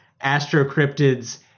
astrocryptids